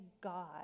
God